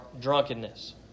drunkenness